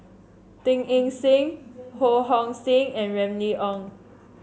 Teo Eng Seng Ho Hong Sing and Remy Ong